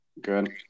Good